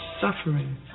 suffering